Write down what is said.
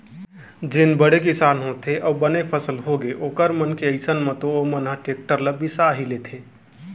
जेन बड़े किसान होथे अउ बने फसल होगे ओखर मन के अइसन म तो ओमन ह टेक्टर ल बिसा ही लेथे